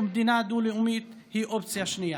מדינה דו-לאומית היא אופציה שנייה.